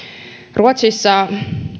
ruotsissa